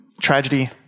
Tragedy